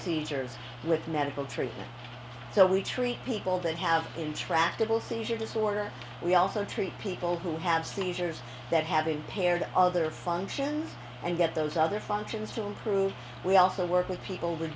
seizures with medical treatment so we treat people that have intractable seizure disorder we also treat people who have seizures that having paired other functions and get those other functions to improve we also work with people would